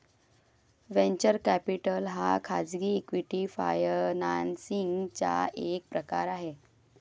venture capital हा खाजगी equity financing चा एक प्रकार आहे